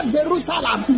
Jerusalem